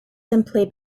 simply